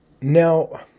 Now